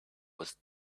was